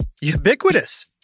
ubiquitous